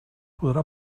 podrà